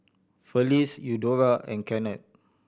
Felice Eudora and Kennard